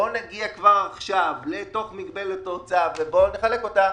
בוקר טוב, אני מתכבד לפתוח את ישיבת ועדת הכספים.